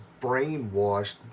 brainwashed